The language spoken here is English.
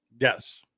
Yes